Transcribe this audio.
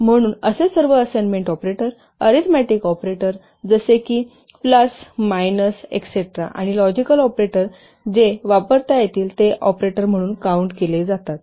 म्हणून असे सर्व असाइनमेंट ऑपरेटर अरीथमॅटिक ऑपरेटर जसे की प्लस मायनस एस्टेरा आणि लॉजिकल ऑपरेटर जे ते वापरता येतील ते ऑपरेटर म्हणून काउंट केले जातात